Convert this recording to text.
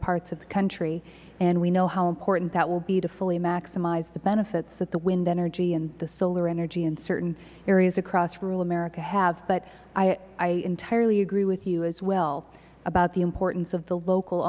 parts of the country and we know how important that will be to fully maximize the benefits that the wind energy and the solar energy in certain areas across rural america have but i entirely agree with you as well about the importance of the local